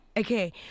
Okay